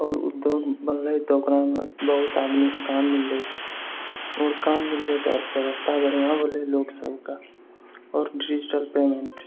आओर उद्योग बनलै तऽ ओकरामे बहुत आदमीकेँ काम मिललै आओर काम मिललै तऽ अर्थव्यवस्था बढ़िआँ भेलै लोकसबकेंँ आओर डिजिटल पेमेन्ट